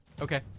Okay